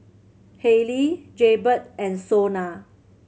Haylee Jaybird and SONA